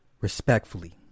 Respectfully